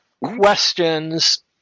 Questions